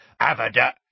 Avada